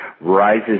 rises